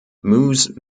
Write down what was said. moose